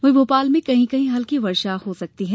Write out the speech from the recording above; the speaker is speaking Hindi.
वहीं भोपाल में कहीं कहीं हल्की वर्षा हो सकती है